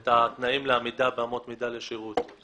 ואת התנאים לעמידה באמות מידה לשרות,